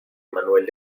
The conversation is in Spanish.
manuel